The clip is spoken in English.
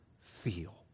feel